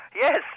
Yes